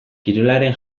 kirolaren